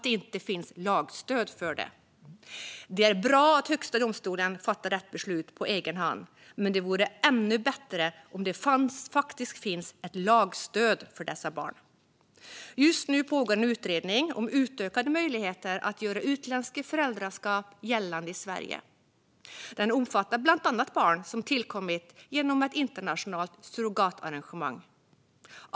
Det är bra att Högsta domstolen fattar rätt beslut på egen hand, men det vore ännu bättre om det fanns ett lagstöd för dessa barn. Just nu pågår en utredning om utökade möjligheter att göra utländska föräldraskap gällande i Sverige. Utredningen omfattar bland annat barn som tillkommit genom ett internationellt surrogatarrangemang.